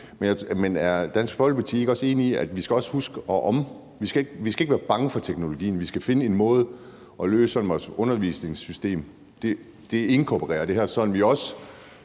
Men er Dansk Folkeparti ikke også enig i, at vi ikke skal være bange for teknologien, men at vi skal finde en måde at løse det på, sådan at vores undervisningssystem inkorporerer det her, sådan at vi også,